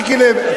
מיקי לוי,